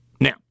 Now